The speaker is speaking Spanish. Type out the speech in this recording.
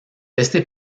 este